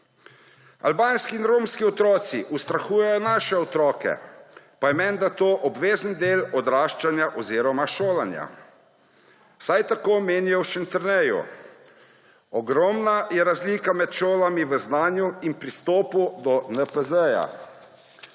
Albanski in romski otroci ustrahujejo naše otroke, pa je menda to obvezen del odraščanja oziroma šolanja, vsaj tako menijo v Šentjerneju. Ogromna razlika med šolami je v znanju in pristopu do NPZ.